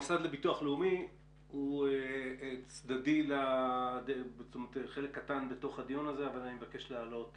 המוסד לביטוח לאומי הוא חלק קטן בדיון הזה אבל אני מבקש לשמוע נציג שלו.